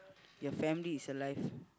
your family is alive